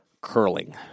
Curling